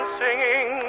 singing